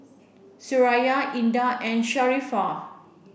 Suraya Indah and Sharifah